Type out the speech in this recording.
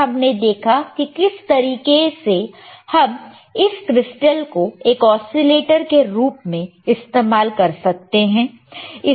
फिर हमने देखा कि किस तरीके से हम इस क्रिस्टल को एक ओसीलेटर के रूप में इस्तेमाल कर सकते हैं